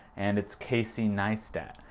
and it's casey neistat.